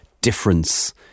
difference